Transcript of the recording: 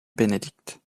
benedict